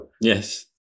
Yes